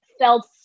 felt